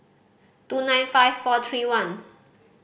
two nine five four three one